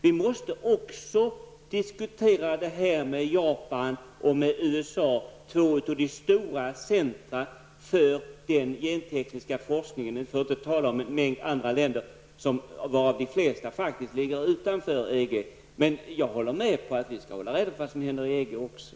Vi måste också diskutera detta med Japan och med USA, två stora centra för den gentekniska forskningen, för att inte tala om en mängd andra länder, varav de flesta faktiskt ligger utanför EG. Men jag håller med om att vi skall hålla reda på vad som händer i EG också.